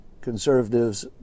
conservatives